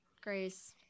Grace